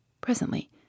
Presently